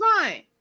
fine